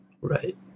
right